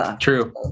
true